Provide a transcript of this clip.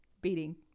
beating